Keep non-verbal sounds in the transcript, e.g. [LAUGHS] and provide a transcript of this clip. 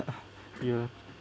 [LAUGHS] fear